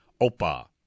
Opa